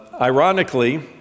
ironically